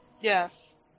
Yes